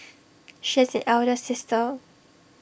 she has an elder sister